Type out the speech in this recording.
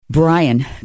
Brian